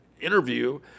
interview